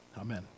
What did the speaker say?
Amen